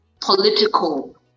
political